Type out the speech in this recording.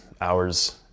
hours